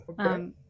okay